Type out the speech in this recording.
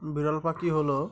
বিরল পাখি হলো